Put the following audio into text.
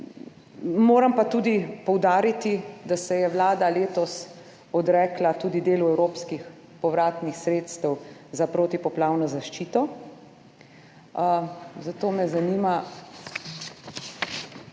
Moram pa tudi poudariti, da se je Vlada letos odrekla tudi delu evropskih povratnih sredstev za protipoplavno zaščito, zato me zanima,